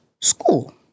School